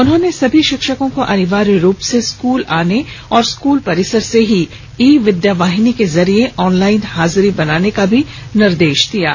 उन्होंने सभी शिक्षकों को अनिवार्य रूप से स्कूल आने और स्कूल परिसर से ही ई विद्यावाहिनी के जरिए ऑनलाईन हाजिरी बनाने का भी निर्देश दिया है